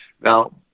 Now